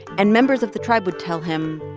and members of the tribe would tell him.